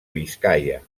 biscaia